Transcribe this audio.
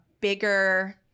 bigger –